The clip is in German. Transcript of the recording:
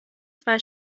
zwei